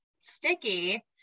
sticky